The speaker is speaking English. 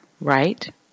right